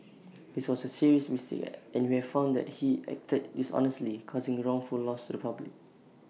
this was A serious mistake and we have found that he acted dishonestly causing wrongful loss to the public